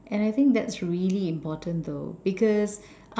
and I think that's really important though because